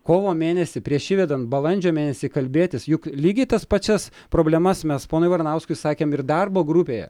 kovo mėnesį prieš įvedant balandžio mėnesį kalbėtis juk lygiai tas pačias problemas mes ponui varanauskui sakėm ir darbo grupėje